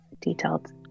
detailed